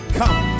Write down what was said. come